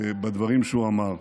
בדברים שהוא אמר.